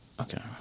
Okay